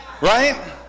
Right